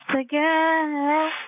again